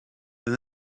and